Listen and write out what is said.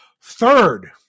Third